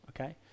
okay